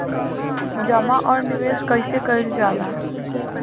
जमा और निवेश कइसे कइल जाला?